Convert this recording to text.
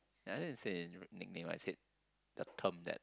I didn't say nickname I said the term that